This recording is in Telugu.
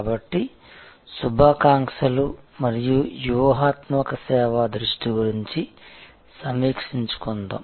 కాబట్టి శుభాకాంక్షలు మరియు వ్యూహాత్మక సేవా దృష్టి గురించి సమీక్షించుకుందాం